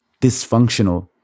dysfunctional